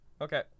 Okay